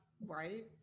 Right